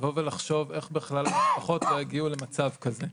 לבוא ולחשוב איך בכלל לפחות לא יגיעו למצב כזה.